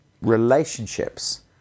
relationships